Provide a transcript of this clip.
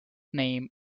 name